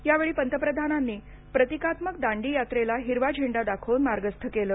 यावेळी पंतप्रधानांनी प्रतिकात्मक दांडीयात्रेला हिरवा झेंडा दाखवून मार्गस्थ केलं